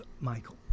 Michael